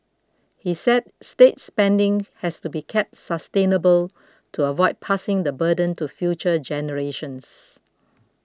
he said state spending has to be kept sustainable to avoid passing the burden to future generations